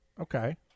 Okay